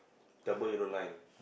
double yellow line